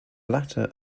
latter